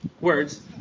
words